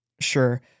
Sure